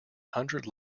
hundred